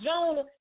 Jonah